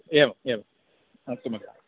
एवम् एवम् अस्तु महोदय